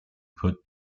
put